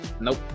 Nope